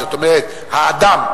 זאת אומרת האדם,